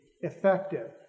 effective